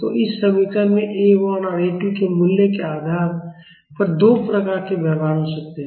तो इस समीकरण में A 1 और A 2 के मूल्यों के आधार पर दो प्रकार के व्यवहार हो सकते हैं